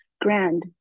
grand